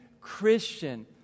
Christian